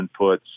inputs